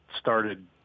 started –